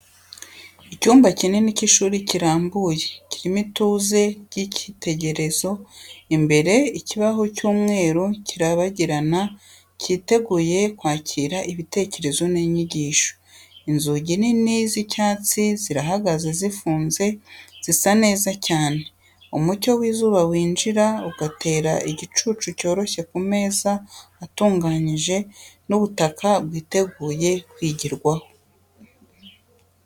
Icyumba kinini cy’ishuri kirambuye, kirimo ituze ry’ikitegerezo. Imbere, ikibaho cy’umweru kirabagirana, cyiteguye kwakira ibitekerezo n’inyigisho. Inzugi nini z’icyatsi zirahagaze zifunze, zisa neza cyane. Umucyo w’izuba winjira, ugatera igicucu cyoroshye ku meza atunganije n’ubutaka bwiteguye kwigirwaho.